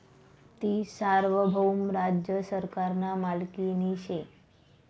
ती सार्वभौम राज्य सरकारना मालकीनी शे